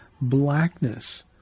blackness